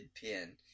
pin